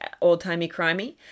old-timey-crimey